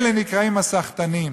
אלה נקראים הסחטנים.